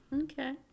Okay